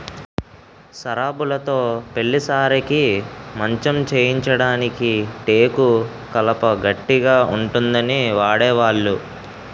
సరాబులుతో పెళ్లి సారెకి మంచం చేయించడానికి టేకు కలప గట్టిగా ఉంటుందని వాడేవాళ్లు